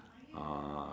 uh